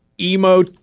emo